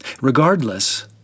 Regardless